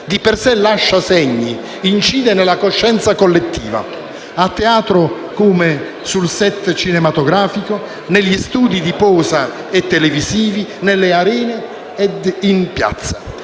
di per sé lascia segni, incide nella coscienza collettiva, al teatro come sul *set* cinematografico, negli studi di posa e televisivi, nelle arene e in piazza.